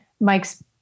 Mike's